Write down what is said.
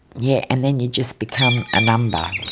yeah and then you just become a number.